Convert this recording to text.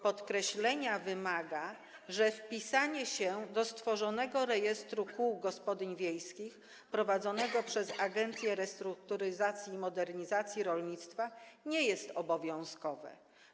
Podkreślenia wymaga, że wpisanie się do stworzonego rejestru kół gospodyń wiejskich, prowadzonego przez Agencję Restrukturyzacji i Modernizacji Rolnictwa, nie jest obowiązkowe.